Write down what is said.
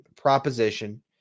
proposition